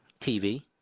TV